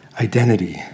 identity